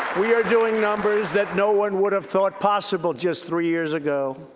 we are doing numbers that no one would have thought possible just three years ago.